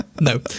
No